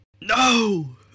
No